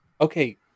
Okay